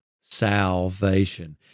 salvation